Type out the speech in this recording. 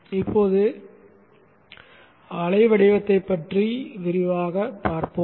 இப்போது அலை வடிவத்தை விரிவாகப் பார்ப்போம்